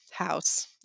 House